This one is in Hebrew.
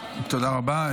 תודה רבה.